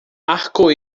arco